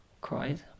cried